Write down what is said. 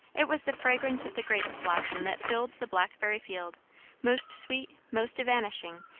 it was the fragrance of the grape blossom that filled the blackberry field most sweet, most evanishing,